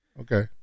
Okay